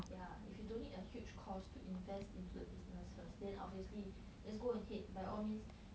yeah if you don't need a huge cost to invest into the business first then obviously just go ahead by all means